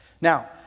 Now